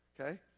okay